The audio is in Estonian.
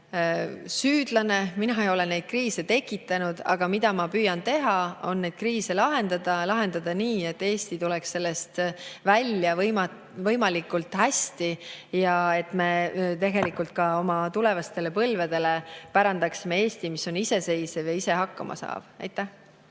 süüdlane, mina ei ole neid kriise tekitanud, aga ma püüan neid kriise lahendada ja lahendada nii, et Eesti tuleks neist välja võimalikult hästi ja et me ka oma tulevastele põlvedele pärandaksime Eesti, mis on iseseisev ja saab ise hakkama. Aitäh!